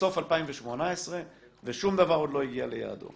לסוף 2018 ושום דבר עוד לא הגיע ליעדו.